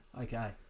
Okay